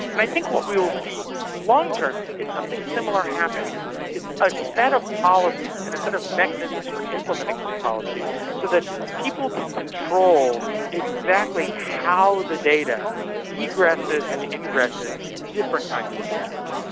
and i think what we will see long-term is something similar happen, is is a set of policies and a set of mechanisms for implementing those policies so that people can control exactly how the data yeah egresses and ingresses different kinds of infrastructure.